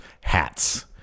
hats